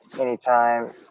anytime